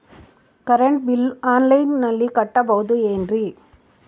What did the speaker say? Current bill ಆನ್ಲೈನಿನಲ್ಲಿ ಕಟ್ಟಬಹುದು ಏನ್ರಿ?